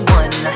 one